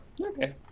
Okay